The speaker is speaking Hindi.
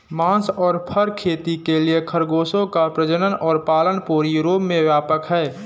मांस और फर खेती के लिए खरगोशों का प्रजनन और पालन पूरे यूरोप में व्यापक है